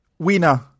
winner